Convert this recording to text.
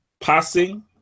passing